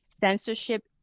censorship